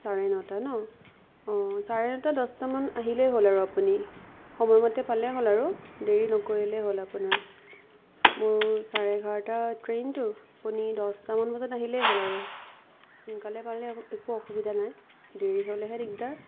চাৰে নটা ন অঁ চাৰে নটা দচটামানত আহিলেই হ'ল আৰু আপুনি সময়মতে পালেই হ'ল আৰু দেৰি নকৰিলেই হ'ল আপোনাৰ মোৰ চাৰে এঘাৰটাত ট্ৰেইনতো আপুনি দচটা মান বজাত আহিলেই হ'ল আৰু সোনকালে পালে একো একো অসুবিধা নাই দেৰি হ'লেহে দিগদাৰ